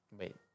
wait